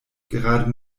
gerade